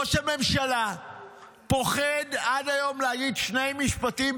ראש הממשלה פוחד עד היום להגיד שני משפטים,